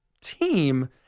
team